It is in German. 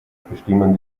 bestimmen